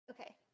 Okay